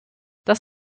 das